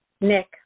Nick